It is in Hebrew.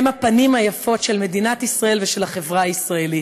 הם הפנים היפות של מדינת ישראל ושל החברה הישראלית.